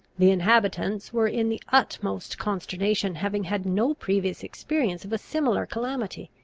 the inhabitants were in the utmost consternation, having had no previous experience of a similar calamity.